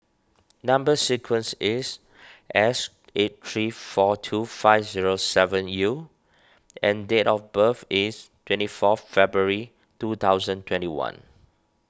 Number Sequence is S eight three four two five zero seven U and date of birth is twenty four February two thousand twenty one